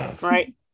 right